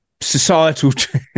societal